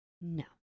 No